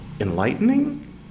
enlightening